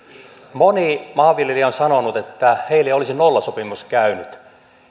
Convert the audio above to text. moni maanviljelijä on sanonut että heille olisi nollasopimus käynyt